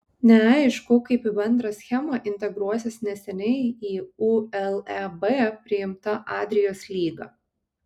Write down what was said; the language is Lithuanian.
neaišku kaip į bendrą schemą integruosis neseniai į uleb priimta adrijos lyga